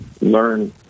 learn